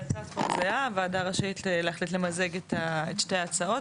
הוועדה רשאית להחליט למזג את שתי ההצעות,